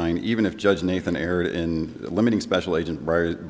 nine even if judge nathan erred in limiting special agent